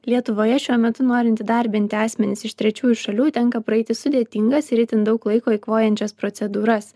lietuvoje šiuo metu norint įdarbinti asmenis iš trečiųjų šalių tenka praeiti sudėtingas ir itin daug laiko eikvojančias procedūras